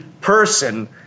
person